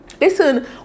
Listen